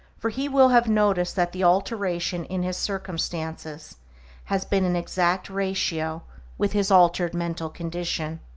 for he will have noticed that the alteration in his circumstances has been in exact ratio with his altered mental condition.